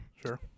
Sure